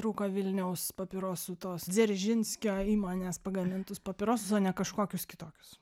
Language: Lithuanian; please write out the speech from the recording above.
rūko vilniaus papirosų tuos dzeržinskio įmonės pagamintus papirosus o ne kažkokius kitokius